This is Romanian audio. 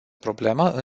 problemă